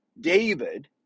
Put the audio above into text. David